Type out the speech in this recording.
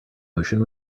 ocean